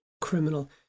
criminal